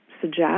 suggest